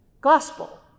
gospel